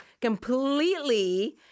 completely